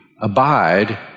Abide